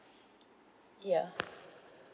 ya